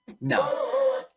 No